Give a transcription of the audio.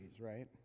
right